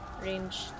range